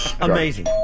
Amazing